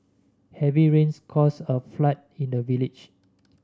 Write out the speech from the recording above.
heavy rains caused a flood in the village